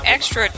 Extra